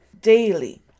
daily